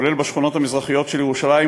כולל בשכונות המזרחיות של ירושלים,